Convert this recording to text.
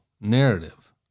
narrative